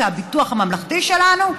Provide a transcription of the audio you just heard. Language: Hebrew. כביטוח הממלכתי שלנו,